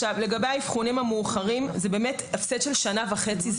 לגבי האבחונים המאוחרים זה הפסד של שנה וחצי,